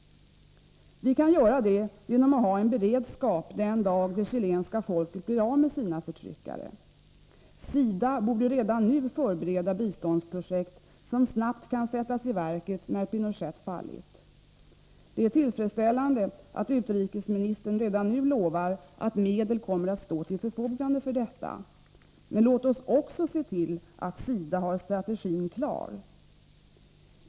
Vi kan göra det genom att ha en beredskap den dag det chilenska folket blir av med sina förtryckare. SIDA borde redan nu förbereda biståndsprojekt, som snabbt kan sättas i verket när Pinochet fallit. Det är tillfredsställande att utrikesministern redan nu lovar att medel kommer att stå till förfogande för detta. Men låt oss också se till att SIDA har strategin klar.